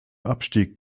abstieg